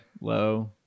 low